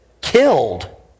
killed